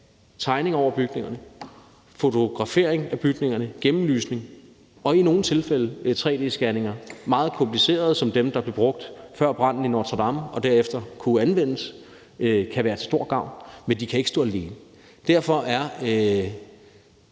tegninger over bygningerne, fotografering af bygningerne, gennemlysning og i nogle tilfælde tre-d-scanninger, meget komplicerede som dem, der blev brugt før branden i Notre-Dame og derefter kunne anvendes, kan være til stor gavn, men de kan ikke stå alene.